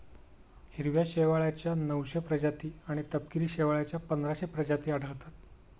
हिरव्या शेवाळाच्या नऊशे प्रजाती आणि तपकिरी शेवाळाच्या पंधराशे प्रजाती आढळतात